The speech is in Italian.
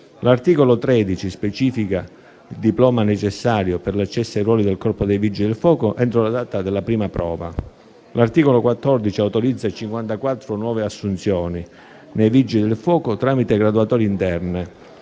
L'articolo 13 specifica il diploma necessario per l'accesso ai ruoli del Corpo dei vigili del fuoco entro la data della prima prova. L'articolo 14 autorizza 54 nuove assunzioni nei Vigili del fuoco tramite graduatorie interne